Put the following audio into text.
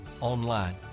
online